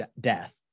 death